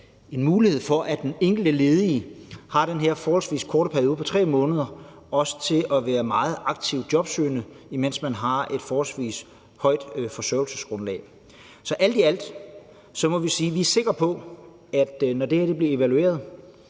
en mulighed for, at den enkelte ledige har den her forholdsvis korte periode på 3 måneder til at være meget aktivt jobsøgende, imens man har et forholdsvis højt forsørgelsesgrundlag. Så alt i alt må vi sige, at vi er sikre på, at det her, når det bliver evalueret,